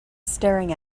staring